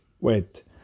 wait